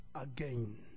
again